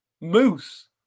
Moose